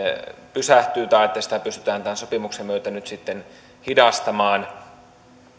pysähtyy tai että sitä pystytään tämän sopimuksen myötä nyt sitten hidastamaan